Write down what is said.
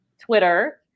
Twitter